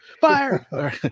fire